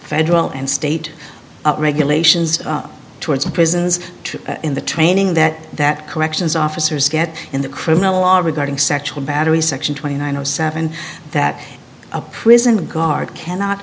federal and state regulations towards prisons in the training that that corrections officers get in the criminal law regarding sexual battery section twenty nine zero seven that a prison guard cannot